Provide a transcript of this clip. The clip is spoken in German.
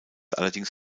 allerdings